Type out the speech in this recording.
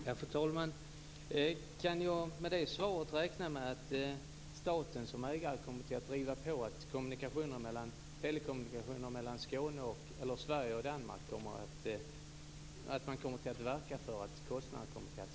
Fru talman! Kan jag i och med detta svar räkna med att staten, som ägare, kommer att verka för att kostnaderna när det gäller telekommunikationerna mellan Sverige och Danmark kommer att sänkas?